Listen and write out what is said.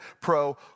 pro